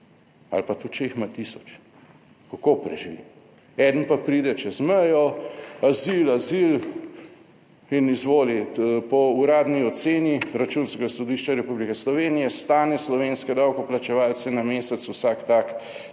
ali pa tudi, če jih ima tisoč, kako preživi. Eden pa pride čez mejo azil, azil in izvoli. Po uradni oceni Računskega sodišča Republike Slovenije stane slovenske davkoplačevalce na mesec vsak tak